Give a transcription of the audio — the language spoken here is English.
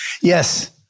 Yes